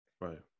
Right